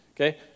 Okay